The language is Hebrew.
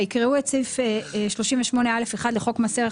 ויקראו את סעיף 38(א1) לחוק מס ערך